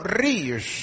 rios